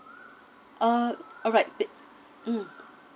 uh alright mm